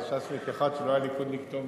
יש ש"סניק אחד שלא היה ליכודניק טוב בצעירותו?